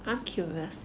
I'm curious